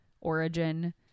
origin